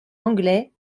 anglais